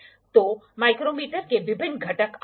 यह 90 डिग्री पर है और यह 30 डिग्री पर है